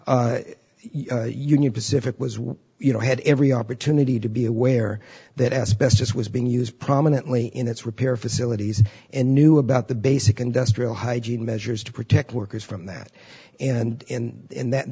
union pacific was you know had every opportunity to be aware that asbestos was being used prominently in its repair facilities and knew about the basic industrial hygiene measures to protect workers from that and